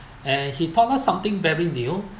and he taught us something very new